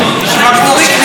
נשמע כמו ריקלין.